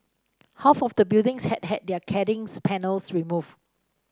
half of the buildings had had their cladding panels removed